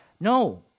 No